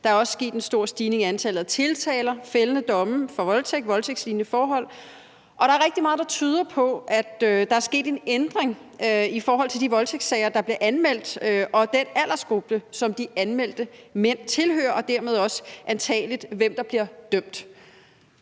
Der er også sket en stor stigning i antallet af tiltaler og fældende domme for voldtægt og voldtægtslignende forhold, og der er rigtig meget, der tyder på, at der er sket en ændring i forhold til de voldtægtssager, der bliver anmeldt, og i forhold til den aldersgruppe, som de anmeldte mænd tilhører, og dermed også, antagelig, hvem der bliver dømt.